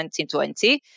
2020